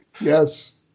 yes